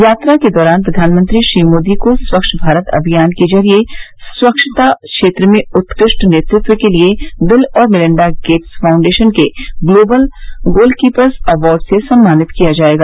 यात्रा के दौरान प्रधानमंत्री श्री मोदी को स्वच्छ भारत अभियान के जरिए स्वच्छता क्षेत्र में उत्कृष्ट नेतृत्व के लिए बिल और मिलिंडा गेट्स फाउंडेशन के ग्लोबल गोलकीपर्स अवार्ड से सम्मानित किया जाएगा